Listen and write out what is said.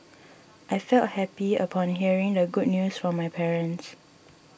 I felt happy upon hearing the good news from my parents